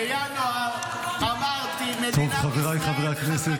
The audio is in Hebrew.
בינואר אמרתי: מדינת ישראל חזקה,